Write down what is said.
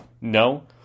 No